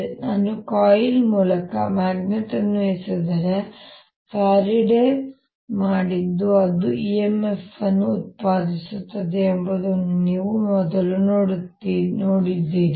ಹಾಗಾಗಿ ನಾನು ಕಾಯಿಲ್ ಮೂಲಕ ಮ್ಯಾಗ್ನೆಟ್ ಅನ್ನು ಎಸೆದರೆ ಫ್ಯಾರಡೆ ಮಾಡಿದ್ದು ಅದು EMF ಅನ್ನು ಉತ್ಪಾದಿಸುತ್ತದೆ ಎಂಬುದನ್ನು ನೀವು ಮೊದಲು ನೋಡಿದ್ದೀರಿ